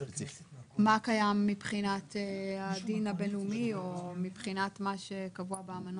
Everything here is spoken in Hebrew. מה קיים מבחינת הדין הבין-לאומי או מבחינת מה שקבוע באמנות?